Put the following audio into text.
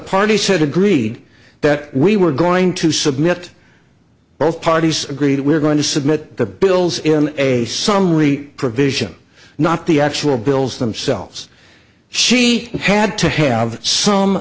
party said agreed that we were going to submit both parties agree that we're going to submit the bills in a summary provision not the actual bills themselves she had to have some